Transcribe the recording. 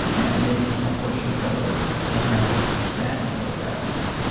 and maybe a small portion of those have had vaginal orgasms.